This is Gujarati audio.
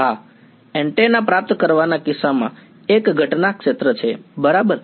હા એન્ટેના પ્રાપ્ત કરવાના કિસ્સામાં એક ઘટના ક્ષેત્ર છે બરાબર